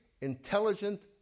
intelligent